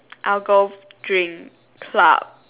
I'll go drink club